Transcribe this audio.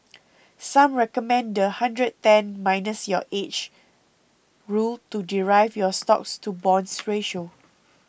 some recommend the 'hundred ten minus your age' rule to derive your stocks to bonds ratio